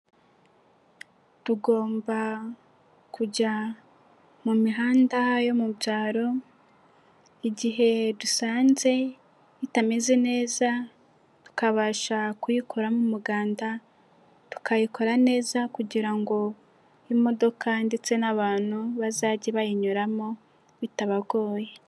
Tugomba kujya mu mihanda yo mu byaro, igihe dusanze itameze neza tukabasha kuyikoramo umuganda tukayikora neza kugira ngo imodoka ndetse n'abantu bazajye bayinyuramo bitabagoye.